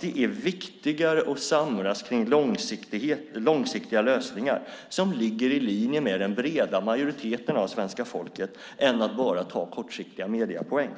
Det är viktigare att samlas kring långsiktiga lösningar som ligger i linje med den breda majoriteten av svenska folket än att bara ta kortsiktiga mediepoäng.